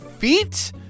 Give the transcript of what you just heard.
Feet